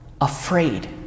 afraid